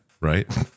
right